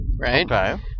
right